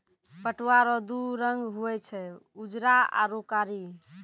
पटुआ रो दू रंग हुवे छै उजरा आरू कारी